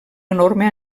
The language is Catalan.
enorme